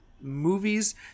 movies